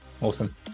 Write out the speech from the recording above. Awesome